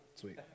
Sweet